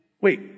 Wait